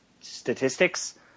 statistics